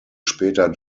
später